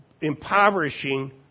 impoverishing